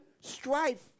Strife